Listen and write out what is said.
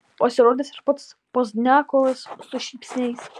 pasirodęs ir pats pozdniakovas su šypsniais